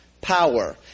power